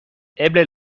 eble